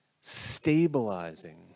stabilizing